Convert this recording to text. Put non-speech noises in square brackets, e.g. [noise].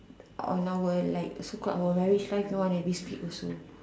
on our like so called our marriage [breath] life you want to be split also